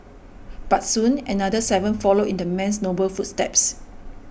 but soon another seven followed in the man's noble footsteps